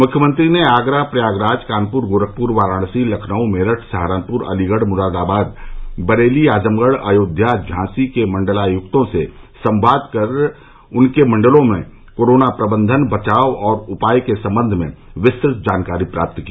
मुख्यमंत्री ने आगरा प्रयागराज कानपुर गोरखपुर वाराणसी लखनऊ मेरठ सहारनपुर अलीगढ़ मुरादाबाद बरेली आजमगढ़ अयोध्या झांसी के मण्डलायक्तों से संवाद कर उनके मण्डलों में कोरोना प्रबन्धन बचाव और उपचार के सम्बन्ध में विस्तृत जानकारी प्राप्त की